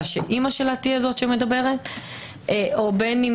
שרוצה שאמא שלה תהיה זו שמדברת או בין אם